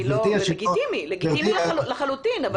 לגיטימי לחלוטין,